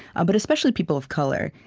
ah but especially people of color.